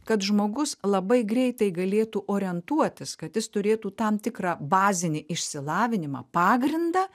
kad žmogus labai greitai galėtų orientuotis kad jis turėtų tam tikrą bazinį išsilavinimą pagrindą